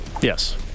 Yes